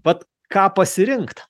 vat ką pasirinkt